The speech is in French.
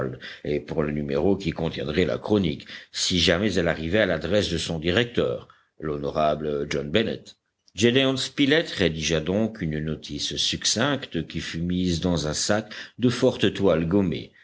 et pour le numéro qui contiendrait la chronique si jamais elle arrivait à l'adresse de son directeur l'honorable john benett gédéon spilett rédigea donc une notice succincte qui fut mise dans un sac de forte toile gommée